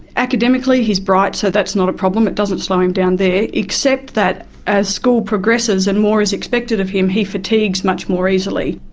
academically he is bright, so that's not a problem, it doesn't slow him down there, except that as school progresses and more is expected of him he fatigues much more easily.